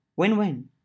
Win-win